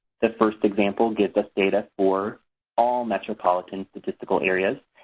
the first example gives us data for all metropolitan statistical areas.